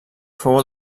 fou